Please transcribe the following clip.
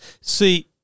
See